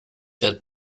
yet